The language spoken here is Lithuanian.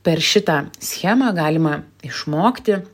per šitą schemą galima išmokti